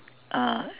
uh